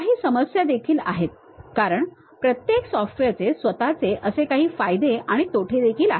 काही समस्या देखील आहेत कारण प्रत्येक सॉफ्टवेअरचे स्वतःचे असे काही फायदे आणि तोटे देखील आहेत